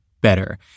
better